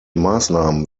maßnahmen